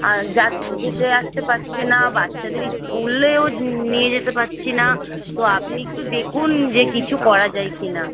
আর যা যেতে আসতে পারছে না বাচ্চাদের স্কুলেও নিয়ে যেতে পারছি না তো আপনি একটু দেখুন যে কিছু করা যায় কিনা